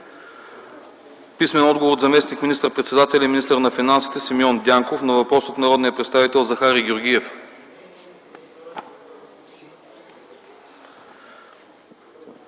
писмен отговор от заместник министър-председател и министър на финансите Симеон Дянков на въпрос от народния представител Захари Георгиев;